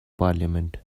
parliament